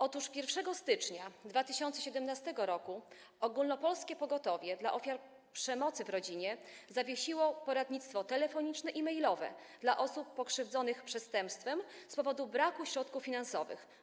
Otóż 1 stycznia 2017 r. Ogólnopolskie Pogotowie dla Ofiar Przemocy w Rodzinie zawiesiło poradnictwo telefoniczne i mailowe dla osób pokrzywdzonych przestępstwem z powodu braku środków finansowych.